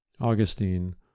Augustine